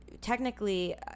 technically